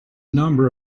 number